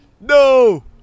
No